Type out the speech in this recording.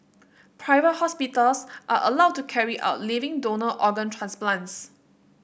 private hospitals are allowed to carry out living donor organ transplants